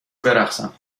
برقصم